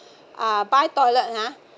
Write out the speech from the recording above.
uh buy toilet ha